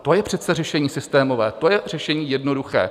To je přece řešení systémové, to je řešení jednoduché.